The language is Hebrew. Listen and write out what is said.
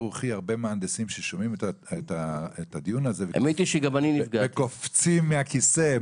רוחי הרבה מהנדסים ששומעים את הדיון הזה וקופצים מהכיסא,